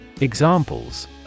Examples